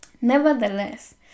Nevertheless